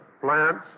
plants